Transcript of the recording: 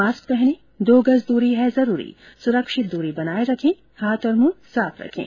mask पहनें दो गज दूरी है जरूरी सुरक्षित दूरी बनाये रखें हाथ और मुंह साफ रखें